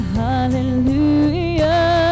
hallelujah